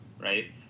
Right